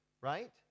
right